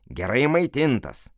gerai maitintas